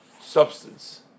substance